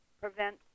prevent